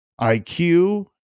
IQ